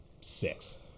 six